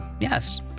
Yes